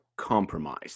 compromise